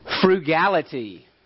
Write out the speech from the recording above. Frugality